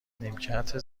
نیمکت